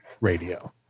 radio